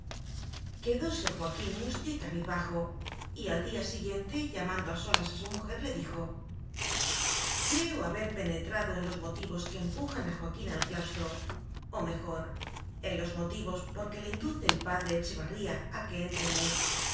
mismo quedóse joaquín mustio y cabizbajo y al día siguiente llamando á solas a su mujer le dijo creo haber penetrado en los motivos que empujan a joaquina al claustro o mejor en los motivos por que le induce el padre echevarría a que entre en él